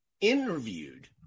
interviewed